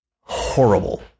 horrible